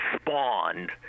spawned